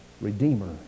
Redeemer